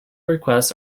requests